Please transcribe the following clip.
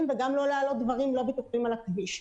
וגם לא להעלות דברים לא בטוחים על הכביש.